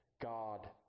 God